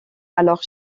alors